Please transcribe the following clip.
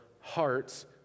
hearts